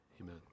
Amen